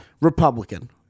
Republican